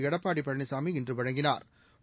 எடப்பாடி பழனிசாமி இன்று வழங்கினாா்